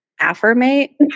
affirmate